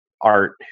Art